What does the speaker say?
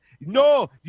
No